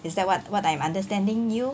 is that what what I'm understanding you